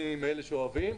אני מאלה שאוהבים,